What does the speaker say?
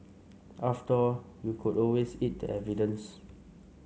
after all you could always eat the evidence